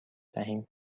دهیم